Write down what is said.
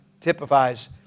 typifies